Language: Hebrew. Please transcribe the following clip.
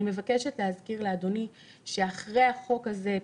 אני מבקשת להזכיר לאדוני שאחרי החוק הזה,